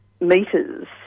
meters